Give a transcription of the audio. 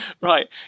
Right